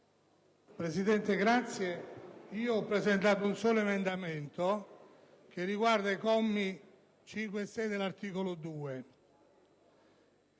Presidente, ho presentato il solo emendamento 2.226, che riguarda i commi 5 e 6 dell'articolo 2.